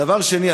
דבר שני,